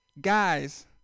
guys